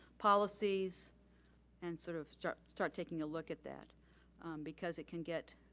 policies and sort of start start taking a look at that because it can get